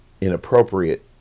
inappropriate